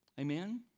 Amen